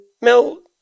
Mel